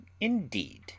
indeed